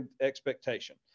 expectation